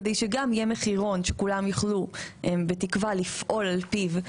כדי שגם יהיה מחירון וכולם יוכלו לפעול על פיו,